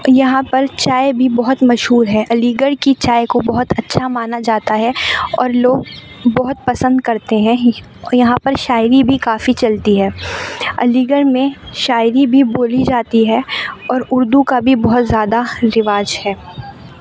یہاں پر چائے بھی بہت مشہور ہے علی گڑھ کی چائے کو بہت اچھا مانا جاتا ہے اور لوگ بہت پسند کرتے ہیں یہاں پر شاعری بھی کافی چلتی ہے علی گڑھ میں شاعری بھی بولی جاتی ہے اور اردو کا بھی بہت زیادہ رواج ہے